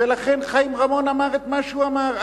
ולכן חיים רמון אמר את מה שהוא אמר.